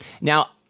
Now